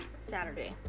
Saturday